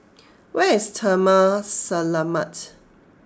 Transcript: where is Taman Selamat